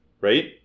right